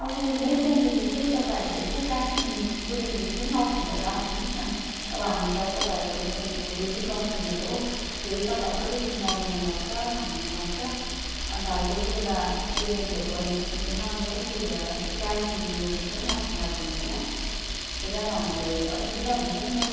अब नेक्स्ट टाइमदेखि चाहिँ तपाईँहरूले यसो क्यास अन डेलिभरीको पनि अप्सनहरू राखिदिनुहोस् न अब हामी त तपाईँहरूको रेस्टुरेन्टको डेली कस्टमर हो फेरि तपाईँहरूको रेस्टुरेन्टमा आउनु मन लाग्छ खानु मन लाग्छ अन्त अब कोही कोही बेला पेमेन्टहरू गर्नु सकिन्दैन अनलाइन त्यो भएर यसो क्यास अन डेलिभरीको पनि अप्सन राखिदिनुहोस् ल फेरि अब हामीलाई असुविधा हुन्छ नि त